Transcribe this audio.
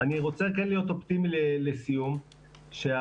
אני רוצה כן להיות אופטימי לסיום שהרבה